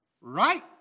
right